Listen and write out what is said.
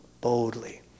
boldly